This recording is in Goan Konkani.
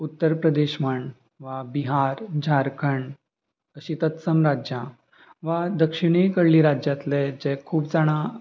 उत्तर प्रदेश म्हण वा बिहार झारखंड अशीं तत्सम राज्यां वा दक्षिणे कडली राज्यांतले जे खूब जाणां